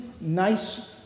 nice